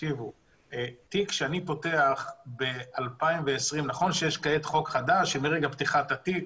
תיק שאני פותח ב-2020 נכון שיש כעת חוק חדש שמרגע פתיחת התיק